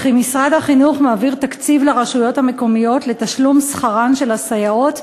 וכי משרד החינוך מעביר תקציב לרשויות המקומיות לתשלום שכרן של הסייעות,